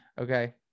Okay